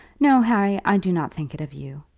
no, harry i do not think it of you.